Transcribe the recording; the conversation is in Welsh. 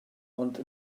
ond